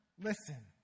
listen